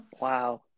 wow